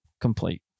complete